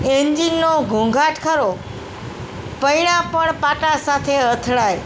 એન્જીનનો ઘોંઘાટ ખરો પૈડા પણ પાટા સાથે અથડાય